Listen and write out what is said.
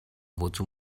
wozu